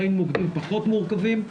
ראינו מוקדים פחות מורכבים,